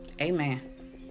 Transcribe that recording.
Amen